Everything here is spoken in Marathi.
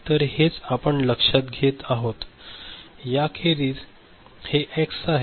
तर हेच आपण लक्षात घेत आहोत याखेरीज हे एक्स आहे आणि हे वाय आहे